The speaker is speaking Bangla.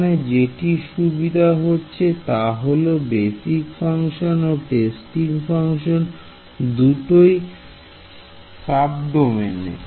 এখানে যেটি সুবিধা হচ্ছে তা হল বেসিক ফাংশন ও টেস্টিং ফাংশন দুটোই সাবডোমেন